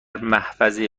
محفظه